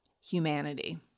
humanity